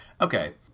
Okay